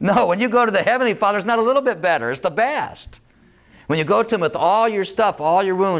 know when you go to the heavenly father is not a little bit better as the bast when you go to him with all your stuff all your